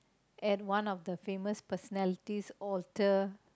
and one of the famous personalities alter